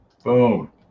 Boom